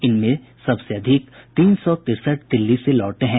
इनमें सबसे अधिक तीन सौ तिरसठ दिल्ली से लौटे हैं